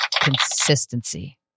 Consistency